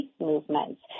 movements